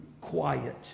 quiet